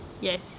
Yes